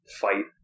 fight